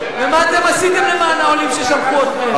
ומה אתם עשיתם למען העולים ששלחו אתכם?